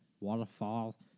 waterfall